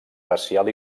racial